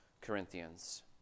Corinthians